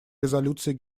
резолюции